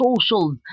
social